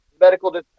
medical